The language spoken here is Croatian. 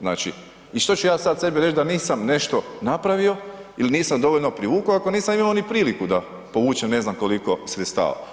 Znači i što ću ja sada sebi reći da nisam nešto napravio ili nisam dovoljno privukao ako nisam imao ni priliku da povučem ne znam koliko sredstava.